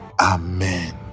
Amen